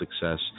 success